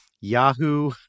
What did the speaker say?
Yahoo